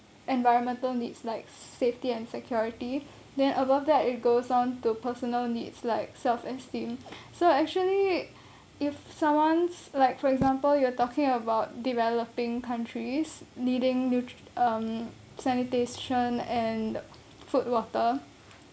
environmental needs like safety and security then above that it goes on to personal needs like self esteem so actually if someone's like for example you're talking about developing countries needing nut~ um sanitation and food water